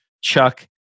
Chuck